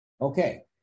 Okay